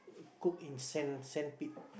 cooked in sand sand pit